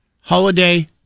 holiday